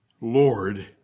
Lord